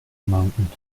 mountains